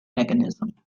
mechanism